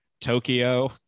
Tokyo